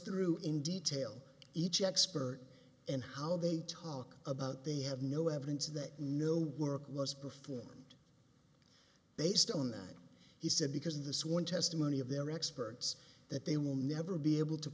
through in detail each expert and how they talk about they have no evidence that no work was performed based on that he said because of the sworn testimony of their experts that they will never be able to